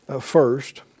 first